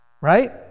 right